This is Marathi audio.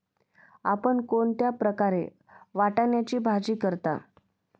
आपण कोणत्या प्रकारे वाटाण्याची भाजी करता?